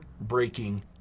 breaking